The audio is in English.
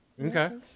okay